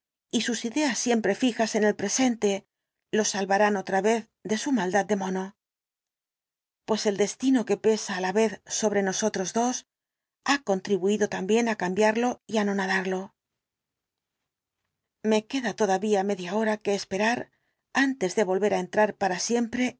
y sus ideas siempre fijas en el presente lo salvarán otra vez de su maldad de mono pues el destino que pesa á la vez sobre nosotros dos ha contribuido también á cambiarlo y á anonadarlo me queda todavía media hora que esperar antes de volver á entrar para siempre